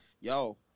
yo